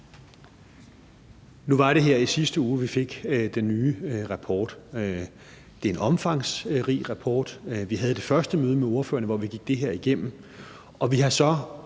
Nu var det her i sidste uge, vi fik den nye rapport. Det er en omfangsrig rapport. Vi havde det første møde med ordførerne, hvor vi gik det her igennem. Vi har så